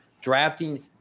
drafting